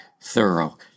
thorough